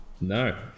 No